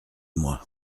moi